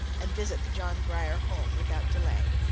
and visit the john grier home without delay.